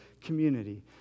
community